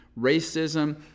racism